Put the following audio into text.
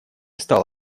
стал